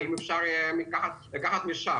האם אפשר יהיה לקחת משם?